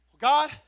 God